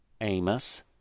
Amos